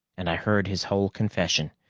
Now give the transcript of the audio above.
and i heard his whole confession.